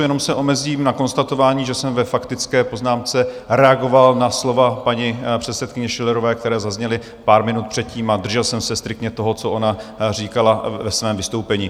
Jenom se omezím na konstatování, že jsem ve faktické poznámce reagoval na slova paní předsedkyně Schillerové, která zazněla pár minut předtím, a držel jsem se striktně toho, co ona říkala ve svém vystoupení.